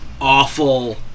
awful